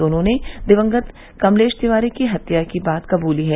दोनों ने दिवंगत कमलेश तिवारी की हत्या की बात कबूली है